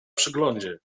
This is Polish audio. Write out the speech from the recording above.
przeglądzie